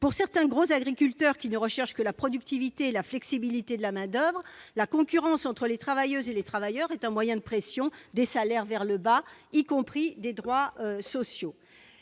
Pour certains gros agriculteurs qui ne recherchent que la productivité et la flexibilité de la main-d'oeuvre, la concurrence entre les travailleuses et les travailleurs est un moyen de pression des salaires et des droits sociaux